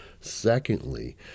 Secondly